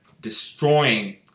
destroying